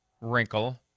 wrinkle